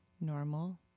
normal